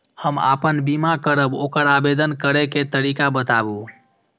हम आपन बीमा करब ओकर आवेदन करै के तरीका बताबु?